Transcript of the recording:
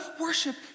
worship